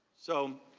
so,